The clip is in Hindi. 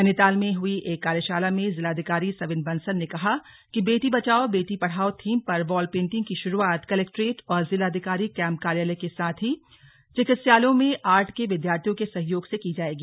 नैनीताल में हुई एक कार्यशाला में जिलाधिकारी संविन बंसल ने कहा कि बेटी बचाओ बेटी पढ़ाओ थीम पर वॉल पेंटिंग की शुरुआत कलेक्ट्रेट और जिलाधिकारी कैम्प कार्यालय के साथ ही चिकित्सालयों में आर्ट के विद्यार्थीयों के सहयोग से की जायेगी